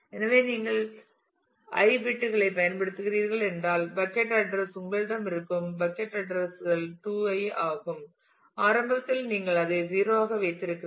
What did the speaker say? எனவே நீங்கள் ஐ பிட்களைப் பயன்படுத்துகிறீர்கள் என்றால் பக்கட் அட்ரஸ் உங்களிடம் இருக்கும் பக்கட் அட்ரஸ் கள் 2i ஆகும் ஆரம்பத்தில் நீங்கள் அதை 0 ஆக வைத்திருக்கிறீர்கள்